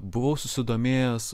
buvau susidomėjęs